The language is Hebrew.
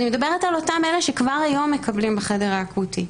ואני מדברת על אותם אלה שכבר היום מקבלים בחדר האקוטי.